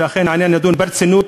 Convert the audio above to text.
שאכן העניין יידון ברצינות.